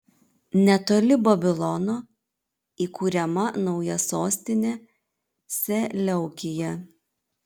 netoli babilono įkuriama nauja sostinė seleukija